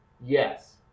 Yes